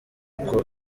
uko